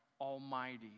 Almighty